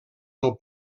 del